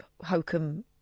hokum